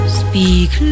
speak